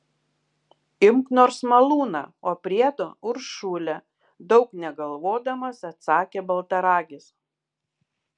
imk nors malūną o priedo uršulę daug negalvodamas atsakė baltaragis